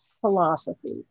philosophy